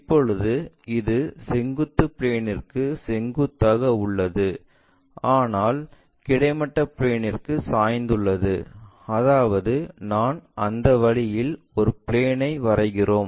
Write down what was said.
இப்போது இது செங்குத்து பிளேன்ற்கு செங்குத்தாக உள்ளது ஆனால் கிடைமட்டபிளேன்ற்கு சாய்ந்துள்ளது அதாவது நான் அந்த வழியில் ஒரு பிளேன் ஐ வரைகிறோம்